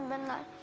um and